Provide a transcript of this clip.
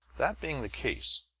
that being the case,